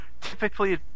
Typically